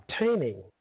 obtaining